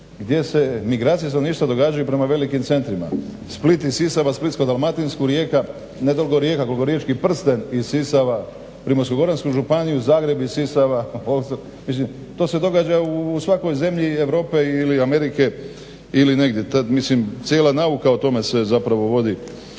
gdje se migracije stanovništva događaju prema velikim centrima. Split isisava Splitsko-dalmatinsku, Rijeka, ne toliko Rijeka koliko riječki prsten isisava Primorsko-goransku županiju, Zagreb isisava, mislim to se događa u svakoj zemlji Europe ili Amerike ili negdje. Mislim cijela nauka o tome se zapravo vodi,